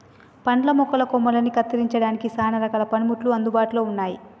పండ్ల మొక్కల కొమ్మలని కత్తిరించడానికి సానా రకాల పనిముట్లు అందుబాటులో ఉన్నాయి